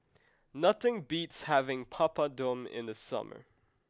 nothing beats having Papadum in the summer